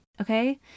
okay